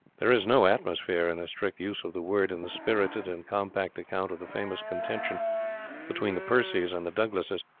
there is no atmosphere, in a strict use of the word, in the spirited and compact account of the famous contention between the percies and the douglases,